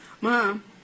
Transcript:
Mom